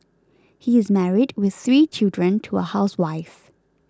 he is married with three children to a housewife